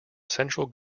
central